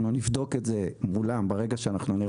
אנחנו נבדוק את זה מולם ברגע שאנחנו נראה